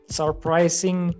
surprising